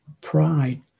pride